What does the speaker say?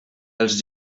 els